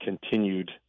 continued